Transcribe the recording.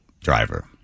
driver